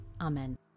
Amen